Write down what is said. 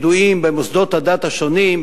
ידועים במוסדות הדת השונים,